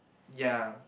ya